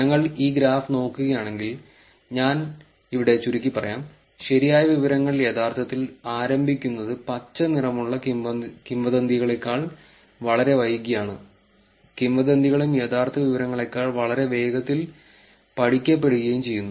ഞങ്ങൾ ഈ ഗ്രാഫ് നോക്കുകയാണെങ്കിൽ ഞാൻ ഇവിടെ ചുരുക്കിപ്പറയാം ശരിയായ വിവരങ്ങൾ യഥാർത്ഥത്തിൽ ആരംഭിക്കുന്നത് പച്ച നിറമുള്ള കിംവദന്തികളേക്കാൾ വളരെ വൈകിയാണ് കിംവദന്തികളും യഥാർത്ഥ വിവരങ്ങളേക്കാൾ വളരെ വേഗത്തിൽ പഠിക്കപ്പെടുകയും ചെയ്യുന്നു